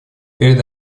перед